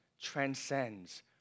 transcends